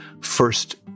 first